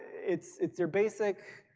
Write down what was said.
it's it's a basic